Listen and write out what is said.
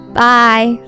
bye